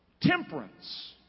temperance